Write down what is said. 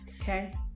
Okay